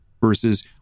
versus